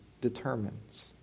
determines